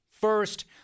First